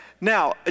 Now